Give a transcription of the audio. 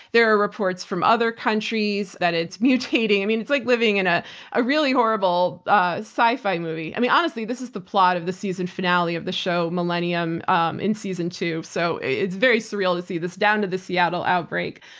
there are reports from other countries that it's mutating. i mean it's like living in a ah really horrible ah sci-fi movie. i mean honestly, this is the plot of the season finale of the show millennium um in season two. so it's very surreal to see this, down to the seattle outbreak.